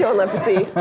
so leprosy.